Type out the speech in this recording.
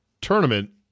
tournament